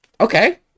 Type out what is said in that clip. Okay